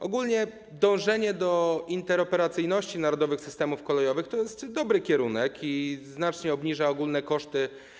Ogólnie dążenie do interoperacyjności narodowych systemów kolejowych to jest dobry kierunek, jej wdrożenie znacznie obniży ogólne koszty.